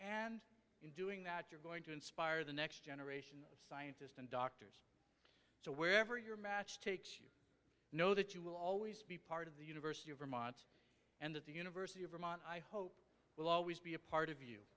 and in doing that you're going to inspire the next generation of scientists and doctors so wherever your match takes you know that you will always be part of the university of vermont and that the university of vermont i hope will always be a part of you